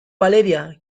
valeria